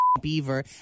beaver